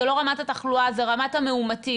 זה לא רמת התחלואה, זה רמת המאומתים.